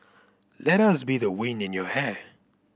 let us be the wind in your hair